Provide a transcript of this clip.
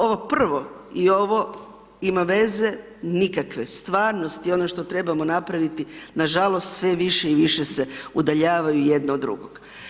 Ovo prvo i ovo ima veze, nikakve, stvarnost i ono što trebamo napraviti nažalost sve više i više se udaljavaju jedno od drugog.